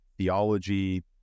theology